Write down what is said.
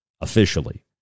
officially